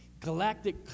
galactic